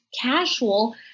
casual